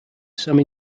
some